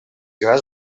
grans